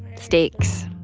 stakes,